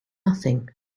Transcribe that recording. nothing